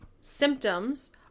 Symptoms